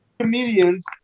comedians